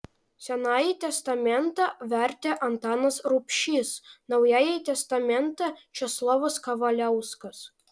senąjį testamentą vertė antanas rubšys naująjį testamentą česlovas kavaliauskas